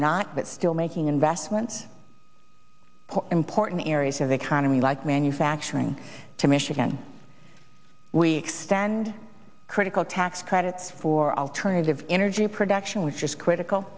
not but still making investments important in areas of the economy like manufacturing to michigan we extend critical tax credits for alternative energy production which is critical